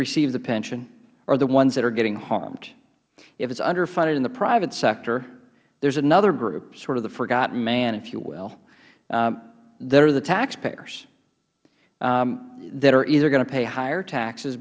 receive the pension are the ones that are getting harmed if it is underfunded in the private sector there is another group sort of the forgotten man if you will that are the taxpayers that are either going to pay higher taxes